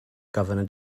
governor